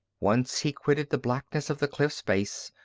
once he quitted the blackness of the cliff's base,